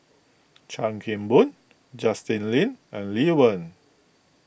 Chan Kim Boon Justin Lean and Lee Wen